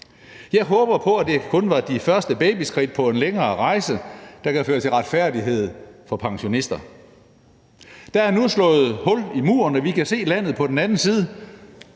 Jeg håber på, at det kun var de første babyskridt på en længere rejse, der kan føre til retfærdighed for pensionister. Der er nu slået hul i muren, og vi kan se landet på den anden side.